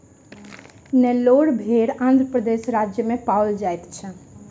नेल्लोर भेड़ आंध्र प्रदेश राज्य में पाओल जाइत अछि